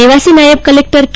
નિવાસી નાયબ કલેક્ટર કે